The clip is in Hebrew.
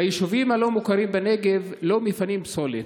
ביישובים הלא-מוכרים בנגב לא מפנים פסולת.